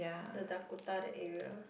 the Dakota that area